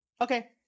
okay